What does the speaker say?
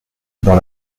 dans